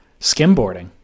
Skimboarding